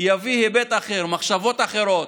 יביא מבט אחר, מחשבות אחרות,